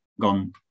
gone